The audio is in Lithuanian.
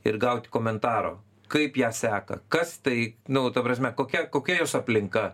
ir gauti komentarą kaip ją seka kas tai nu ta prasme kokia kokia jos aplinka